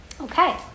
Okay